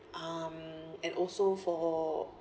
um and also for